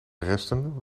resten